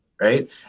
right